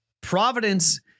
Providence